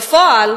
בפועל,